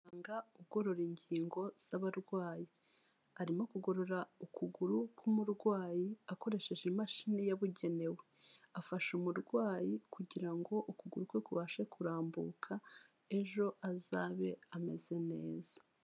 Muganga ugorora ingingo z'abarwayi, arimo kugorora ukuguru k'umurwayi akoresheje imashini yabugenewe afasha umurwayi kugira ngo ukuguru kwe kubashe kurambuka ejo azabe ameze neza.